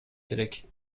керек